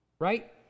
Right